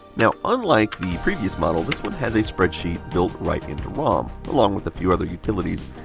now, unlike the previous model, this one has a spreadsheet built right into rom, along with a few other utilities.